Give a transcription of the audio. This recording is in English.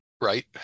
Right